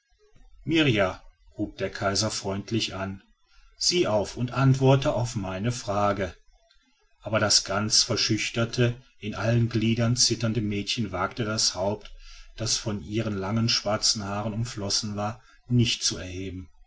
mirrjah hub der kaiser freundlich an sieh auf und antworte auf meine fragen aber das ganz verschüchterte an allen gliedern zitternde mädchen wagte das haupt das von ihren langen schwarzen haaren umflossen war nicht zu erheben